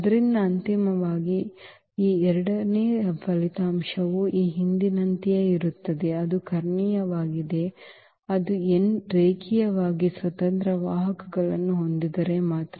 ಆದ್ದರಿಂದ ಅಂತಿಮವಾಗಿ ಈ ಎರಡನೇ ಫಲಿತಾಂಶವು ಈ ಹಿಂದಿನಂತೆಯೇ ಇರುತ್ತದೆ ಅದು ಕರ್ಣೀಯವಾಗಿದೆ ಅದು n ರೇಖೀಯವಾಗಿ ಸ್ವತಂತ್ರ ವಾಹಕಗಳನ್ನು ಹೊಂದಿದ್ದರೆ ಮಾತ್ರ